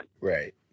Right